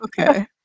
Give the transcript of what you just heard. okay